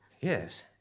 Yes